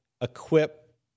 equip